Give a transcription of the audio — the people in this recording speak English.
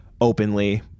openly